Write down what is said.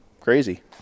crazy